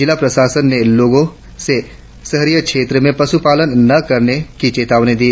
जिला प्रशासन ने लोगों से शहरीय क्षेत्र में पश्पालन न करने की चेतावनी दी